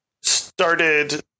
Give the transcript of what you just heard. started